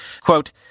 Quote